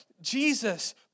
Jesus